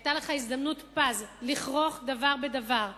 היתה לך הזדמנות פז לכרוך דבר בדבר.